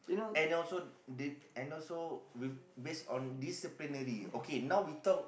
and also the and also with based on disciplinary okay now we talk